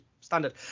standard